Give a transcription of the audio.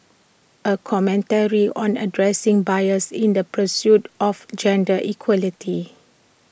A commentary on addressing bias in the pursuit of gender equality